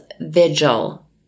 vigil